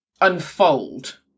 unfold